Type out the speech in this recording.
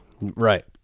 right